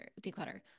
declutter